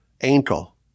ankle